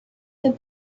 their